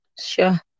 Sure